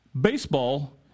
Baseball